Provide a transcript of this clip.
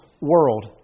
world